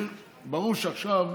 ברור שעכשיו,